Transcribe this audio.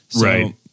Right